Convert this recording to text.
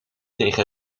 tegen